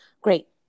Great